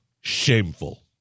shameful